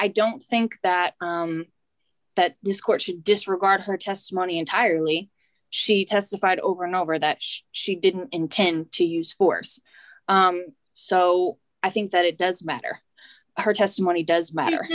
i don't think that that this court should disregard her testimony entirely she testified over and over that she didn't intend to use force so i think that it does matter her testimony does matter